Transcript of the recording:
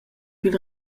pil